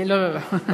לא לא לא.